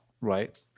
right